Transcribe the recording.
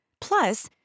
Plus